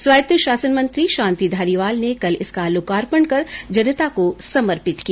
स्वायत्त शासन मंत्री शांति धारीवाल ने कल इसका लोकार्पण कर जनता को समर्पित किया